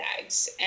bags